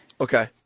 Okay